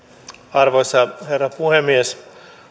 arvoisa herra puhemies